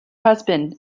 husband